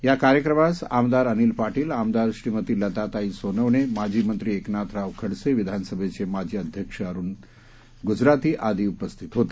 या कार्यक्रमास आमदार अनिल पाटील आमदार श्रीमती लताताई सोनवणे माजीमंत्री एकनाथराव खडसे विधानसभेचे माजी अध्यक्ष अरुणभाई गुजराथी आदि उपस्थित होते